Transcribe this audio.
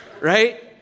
right